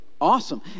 awesome